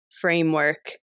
framework